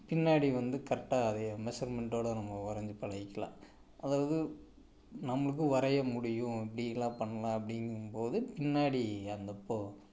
பின்னாடி வந்து கரெக்டாக அதே மெஷர்மெண்ட்டோட நம்ம வரைஞ்சி பழகிக்கலாம் அதாவது நம்மளுக்கு வரைய முடியும் இப்படிலாம் பண்ணலாம் அப்படிங்கும் போது பின்னாடி அந்த போ